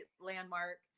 landmark